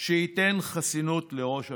שייתן חסינות לראש הממשלה.